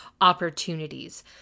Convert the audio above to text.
opportunities